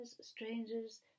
strangers